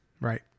Right